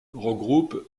regroupe